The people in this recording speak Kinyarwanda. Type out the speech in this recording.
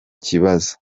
kibazo